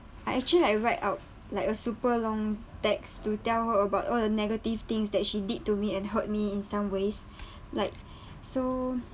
I actually like write out like a super long text to tell her about all the negative things that she did to me and hurt me in some ways like so